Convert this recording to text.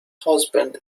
husband